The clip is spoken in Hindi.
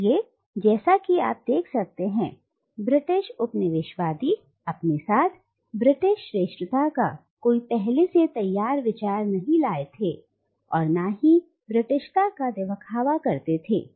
इसलिए जैसा कि आप देख सकते हैं ब्रिटिश उपनिवेशवादी अपने साथ ब्रिटिश श्रेष्ठता का कोई पहले से तैयार विचार नहीं लाए थे और ना ही ब्रिटिशता का दिखावा करते थे